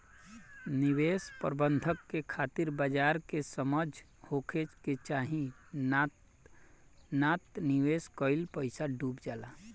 निवेश प्रबंधन के खातिर बाजार के समझ होखे के चाही नात निवेश कईल पईसा डुब जाला